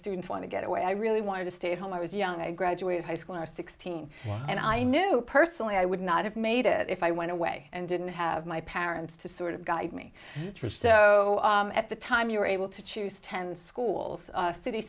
students want to get away i really wanted to stay home i was young i graduated high school i was sixteen and i knew personally i would not have made it if i went away and didn't have my parents to sort of guide me through so at the time you were able to choose ten schools city